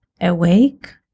awake